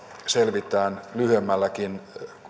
selvitään lyhyemmälläkin